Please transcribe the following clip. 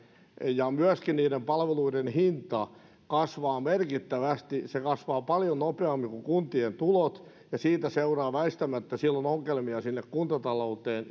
ja myöskin niiden palveluiden hinta kasvavat merkittävästi ne kasvavat paljon nopeammin kuin kuntien tulot ja siitä seuraa väistämättä silloin ongelmia sinne kuntatalouteen